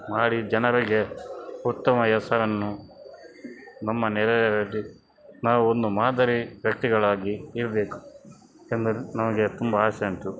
ಮಾಡಿ ಜನರಿಗೆ ಉತ್ತಮ ಹೆಸರನ್ನು ನಮ್ಮ ನೆರಹೊರೆಯಲ್ಲಿ ನಾವು ಒಂದು ಮಾದರಿ ವ್ಯಕ್ತಿಗಳಾಗಿ ಇರಬೇಕು ಎಂದು ನಮಗೆ ತುಂಬ ಆಸೆ ಉಂಟು